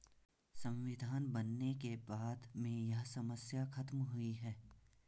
संविधान के बनने के बाद में यह समस्या खत्म हुई है